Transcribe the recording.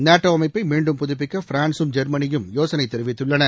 NATO அமைப்பை மீண்டும் புதுப்பிக்க பிரான்சும் ஜொ்மனியும் யோசனை தெரிவித்துள்ளன